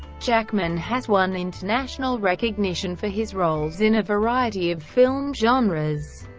jackman has won international recognition for his roles in a variety of film genres.